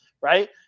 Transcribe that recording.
right